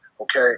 okay